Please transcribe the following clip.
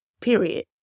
Period